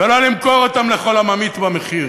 ולא למכור אותם לכל הממעיט במחיר.